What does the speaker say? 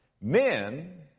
Men